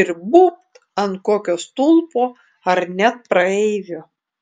ir būbt ant kokio stulpo ar net praeivio